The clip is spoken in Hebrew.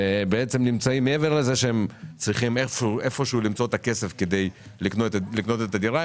שבעצם מעבר לזה שהם צריכים איפשהו למצוא את הכסף כדי לקנות את הדירה,